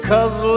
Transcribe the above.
Cause